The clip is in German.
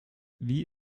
wie